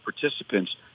participants